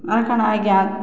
ଆ କାଣା ଆଜ୍ଞା